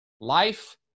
life